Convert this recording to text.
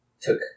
took